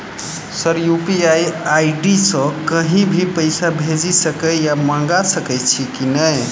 Sir UPI ID सँ कहि भी पैसा भेजि सकै या मंगा सकै छी की न ई?